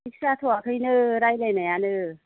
fix जाथ'वाखैनो रायलायनायानो